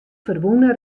ferwûne